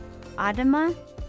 Adama